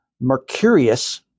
Mercurius